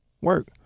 Work